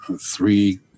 three